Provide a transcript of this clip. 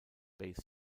base